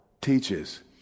teaches